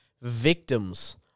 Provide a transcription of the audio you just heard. victims